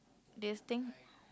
this thing